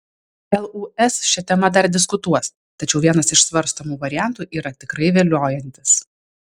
lūs šia tema dar diskutuos tačiau vienas iš svarstomų variantų yra tikrai viliojantis